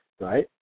right